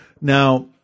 Now